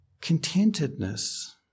Contentedness